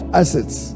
assets